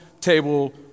table